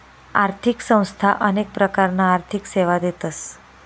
आर्थिक संस्था अनेक प्रकारना आर्थिक सेवा देतस